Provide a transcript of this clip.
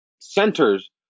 centers